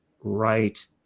right